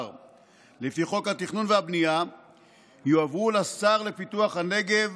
לפי חוק התכנון והבנייה יועברו לשר לפיתוח הנגב,